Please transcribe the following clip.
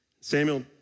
Samuel